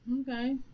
okay